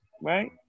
Right